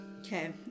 Okay